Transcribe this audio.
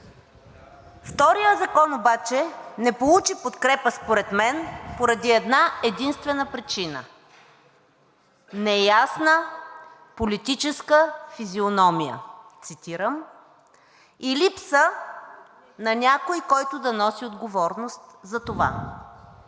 Вторият закон обаче не получи подкрепа според мен поради една-единствена причина: „неясна политическа физиономия“, цитирам, и „липса на някой, който да носи отговорност за това“,